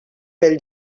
pel